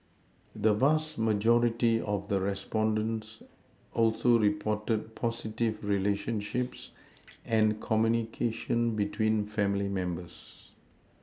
the vast majority of respondents also reported positive relationships and communication between family members